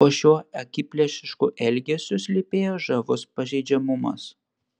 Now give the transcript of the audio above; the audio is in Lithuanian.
po šiuo akiplėšišku elgesiu slypėjo žavus pažeidžiamumas